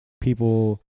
people